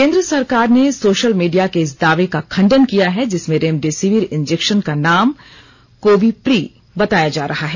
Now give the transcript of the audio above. केन्द्र सरकार ने सोशल मीडिया के इस दाये का खंडन किया है जिसमें रेमडेसिविर इंजेक्शन का नाम कोविप्री बताया जा रहा है